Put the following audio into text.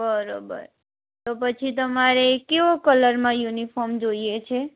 બરાબર તો પછી તમારે કેવો કલરમાં યુનિફોમ જોઈએ છે